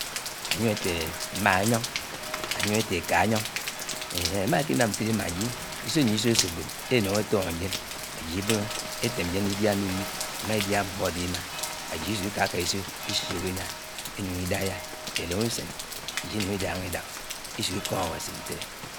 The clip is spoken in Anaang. . Áñyem áté mmá ányóng, anyem áté éká añyóng, eti émá kinám ntélé ñyén ìsó ésóbó eñúng étóngo, ñjen ájid ìbónó, etém ñjén ñdidia ñnúwo, im̃áa idiá mufọ ádé imáa ájid ikáisó isúk ìkaká isó isúkinña inúng, idaiyá Élém úsén ájid inúng idángaidák isún ìiom áwási ñtélé.